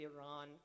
Iran